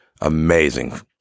Amazing